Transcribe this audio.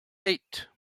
eight